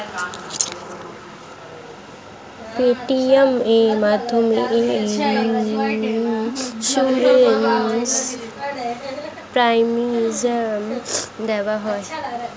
Paytm এর মাধ্যমে কি ইন্সুরেন্স প্রিমিয়াম দেওয়া যায়?